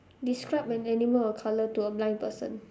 describe an animal or colour to a blind person